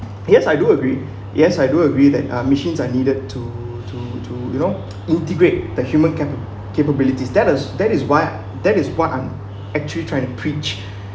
yes I do agree yes I do agree that uh machines are needed to to to you know integrate the human capa~ capabilities that is that is why that is what I'm actually trying to preach